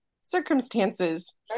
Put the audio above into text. circumstances